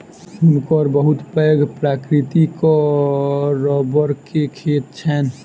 हुनकर बहुत पैघ प्राकृतिक रबड़ के खेत छैन